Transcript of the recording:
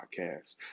podcast